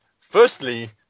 firstly